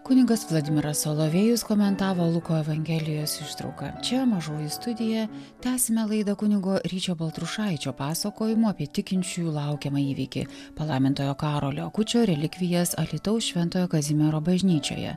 kunigas vladimiras solovejus komentavo luko evangelijos ištrauką čia mažoji studija tęsime laidą kunigo ryčio baltrušaičio pasakojimu apie tikinčiųjų laukiamą įvykį palaimintojo karolio akučio relikvijas alytaus šventojo kazimiero bažnyčioje